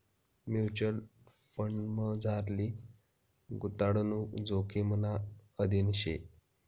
mutual फंडमझारली गुताडणूक जोखिमना अधीन शे